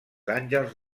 àngels